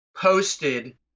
posted